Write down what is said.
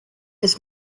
has